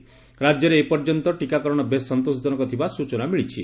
ରାକ୍ୟରେ ଏପର୍ଯ୍ୟନ୍ତ ଟିକାକରଣ ବେଶ୍ ସନ୍ତୋଷଜନକ ଥିବା ସ୍ଚନା ମିଳିଛି